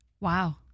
wow